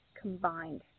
combined